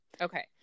Okay